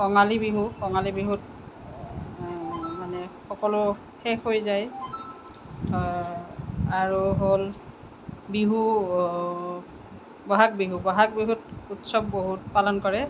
কঙালী বিহু কঙালী বিহুত মানে সকলো শেষ হৈ যায় আৰু হ'ল বিহু বহাগ বিহু বহাগ বিহুত উৎসৱ বহুত পালন কৰে